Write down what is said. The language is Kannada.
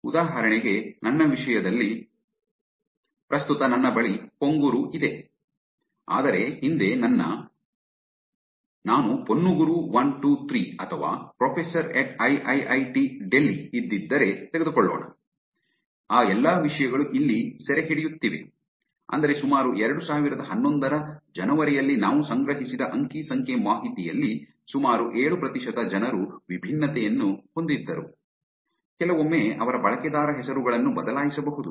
ಉದಾಹರಣೆಗೆ ನನ್ನ ವಿಷಯದಲ್ಲಿ ಪ್ರಸ್ತುತ ನನ್ನ ಬಳಿ ಪೊಂಗುರು ಇದೆ ಆದರೆ ಹಿಂದೆ ನಾನು ಪೊನ್ನುಗುರು123 ಅಥವಾ professoriiitdelhi ಇದ್ದಿದ್ದರೆ ತೆಗೆದುಕೊಳ್ಳೋಣ ಆ ಎಲ್ಲಾ ವಿಷಯಗಳು ಇಲ್ಲಿ ಸೆರೆಹಿಡಿಯುತ್ತಿವೆ ಅಂದರೆ ಸುಮಾರು 2011 ರ ಜನವರಿಯಲ್ಲಿ ನಾವು ಸಂಗ್ರಹಿಸಿದ ಅಂಕಿ ಸಂಖ್ಯೆ ಮಾಹಿತಿಯಲ್ಲಿ ಸುಮಾರು ಏಳು ಪ್ರತಿಶತ ಜನರು ವಿಭಿನ್ನತೆಯನ್ನು ಹೊಂದಿದ್ದರು ಕೆಲವೊಮ್ಮೆ ಅವರ ಬಳಕೆದಾರ ಹೆಸರುಗಳನ್ನು ಬದಲಾಯಿಸಬಹುದು